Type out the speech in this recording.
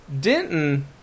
Denton